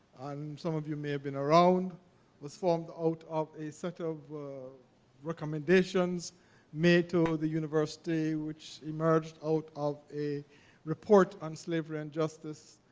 some of you may have been around was formed out of a set of recommendations made to the university which emerged out of a report on slavery and justice,